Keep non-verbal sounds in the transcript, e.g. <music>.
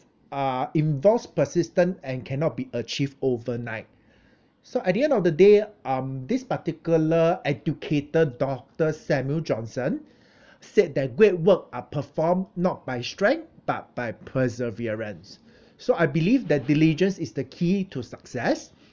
uh involved persistent and cannot be achieved overnight so at the end of the day um this particular educator doctor samuel johnson <breath> said that great work are performed not by strength but by perseverance <breath> so I believe that diligence is the key to success